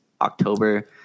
October